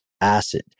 acid